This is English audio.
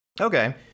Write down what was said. Okay